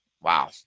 wow